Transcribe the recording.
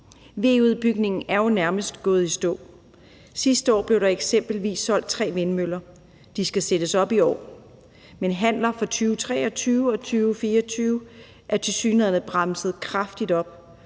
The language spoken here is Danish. VE-udbygningen er jo nærmest gået i stå. Sidste år blev der eksempelvis solgt tre vindmøller. De skal sættes op i år. Men handler for 2023 og 2024 er tilsyneladende bremset kraftigt op,